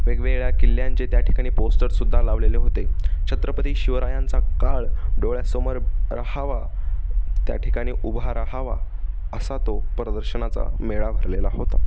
वेगवेगळ्या किल्ल्यांचे त्या ठिकाणी पोस्टर सुद्धा लावलेले होते छत्रपती शिवरायांचा काळ डोळ्यासमोर रहावा त्या ठिकाणी उभा राहावा असा तो प्रदर्शनाचा मेळा भरलेला होता